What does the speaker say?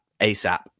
ASAP